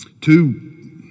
Two